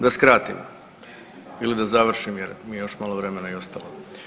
Da skratim ili da završim jer mi je još malo vremena i ostalo.